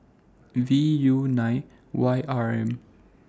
V U nine Y R M